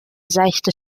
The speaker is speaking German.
seichte